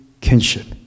kinship